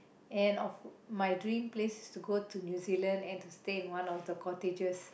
and also my dream place is to go to New Zealand and stay in one of the cottages